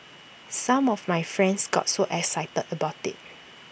some of my friends got so excited about IT